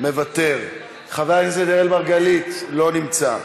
מוותר, חבר הכנסת אראל מרגלית, לא נמצא,